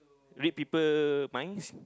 read people minds